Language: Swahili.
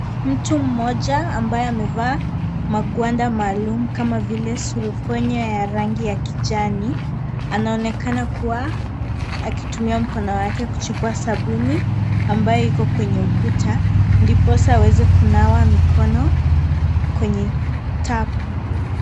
Mtu mmoja ambaye amevaa maguanda maalumu kama vile surupwenye ya rangi ya kijani anaonekana kubwa akitumia mkono wake kuchukua sabuni ambayo iko kwenye ukuta ndiposa aweze kunawa mikono kwenye tapu.